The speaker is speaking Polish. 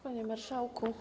Panie Marszałku!